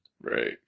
Right